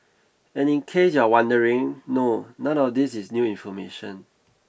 and in case you're wondering no none of these is new information